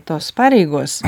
tos pareigos